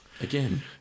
Again